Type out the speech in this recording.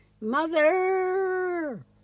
mother